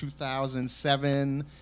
2007